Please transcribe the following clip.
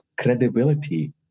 credibility